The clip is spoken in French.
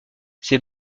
ces